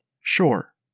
sure